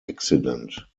accident